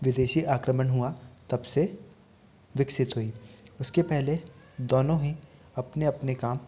विदेशी आक्रमण हुआ तब से विकसित हुई उसके पहले दोनों ही अपने अपने काम